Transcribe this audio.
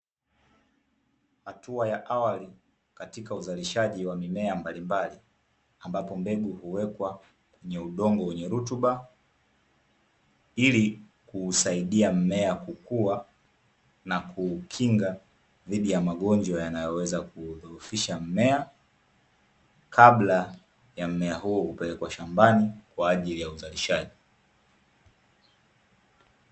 Hatua ya awali katika uzalishaji wa mimea mbalimbali, ambapo mbegu huwekwa kwenye udongo wenye rutuba ili kusaidia mmea kukua na kuukinga dhidi ya magonjwa yanayoweza kudhoofisha mmea kabla ya mmea huo kupelekwa shambani kwa ajili ya uzalishaji.